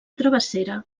travessera